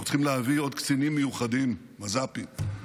אנחנו צריכים להביא עוד קצינים מיוחדים, מז"פים.